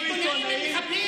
עיתונאים הם מחבלים?